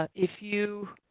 ah if you